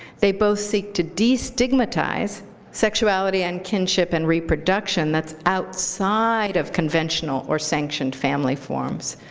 they both seek to destigmatize sexuality and kinship and reproduction that's outside of conventional or sanctioned family forms.